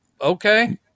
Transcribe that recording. Okay